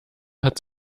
hat